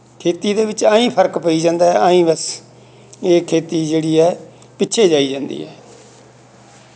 ਖੇਤੀ ਦੇ ਵਿੱਚ ਐਂਈ ਫਰਕ ਪਈ ਜਾਂਦਾ ਐਂਈ ਬਸ ਇਹ ਖੇਤੀ ਜਿਹੜੀ ਹੈ ਪਿੱਛੇ ਜਾਈ ਜਾਂਦੀ ਹੈ